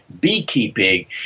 beekeeping